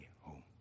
home